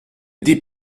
dis